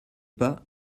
pas